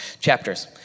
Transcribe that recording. chapters